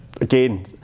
again